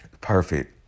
perfect